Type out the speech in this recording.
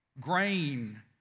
grain